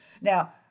Now